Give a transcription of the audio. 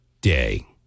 day